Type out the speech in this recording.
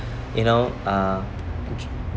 you know uh